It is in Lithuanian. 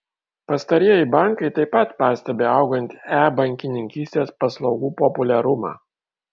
pastarieji bankai taip pat pastebi augantį e bankininkystės paslaugų populiarumą